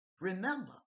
remember